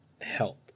Help